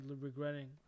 Regretting